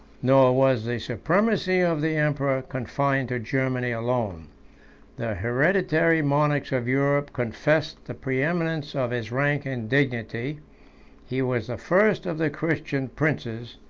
nor was the supremacy of the emperor confined to germany alone the hereditary monarchs of europe confessed the preeminence of his rank and dignity he was the first of the christian princes,